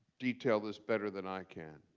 detail this better than i can.